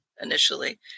initially